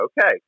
okay